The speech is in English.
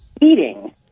eating